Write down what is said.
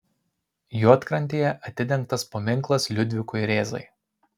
juodkrantėje atidengtas paminklas liudvikui rėzai